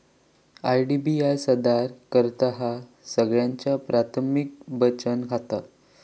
IDBI सादर करतहा सगळ्यांचा प्राथमिक बचत खाता